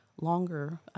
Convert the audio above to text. longer